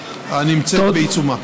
הנמצאת בעיצומה.